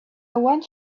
want